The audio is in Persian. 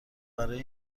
برای